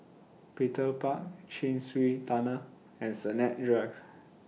Petir Park Chin Swee Tunnel and Sennett Drive